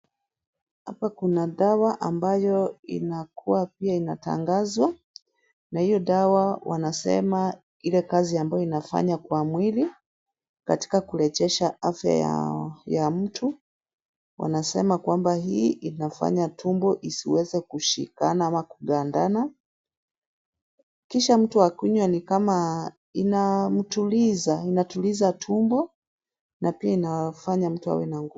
Hapa kuna dawa ambayo inakuwa pia inatangazwa na hio dawa wanasema ile kazi ambayo inafanya kwa mwili, katika kuregesha afya ya mtu. Wanasema kwamba, hii inafanya tumbo isiweze kushikana ama kugandana, kisha mtu akunywe ni kama inamtuliza tumbo na pia inafanya mtu awe na nguvu.